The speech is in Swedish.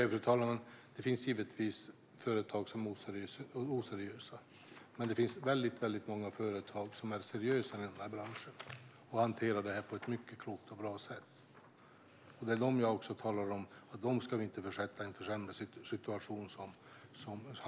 Fru talman! Det finns givetvis företag som är oseriösa. Men det finns också väldigt många företag i den här branschen som är seriösa och hanterar det här på ett mycket klokt och bra sätt. Det är dem som vi inte ska försätta i en försämrad situation.